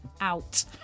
out